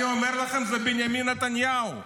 אני אומר לכם: זה בנימין נתניהו,